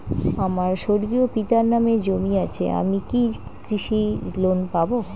আমার স্বর্গীয় পিতার নামে জমি আছে আমি কি কৃষি লোন পাব?